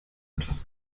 etwas